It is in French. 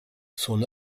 son